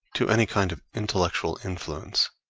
to any kind of intellectual influence.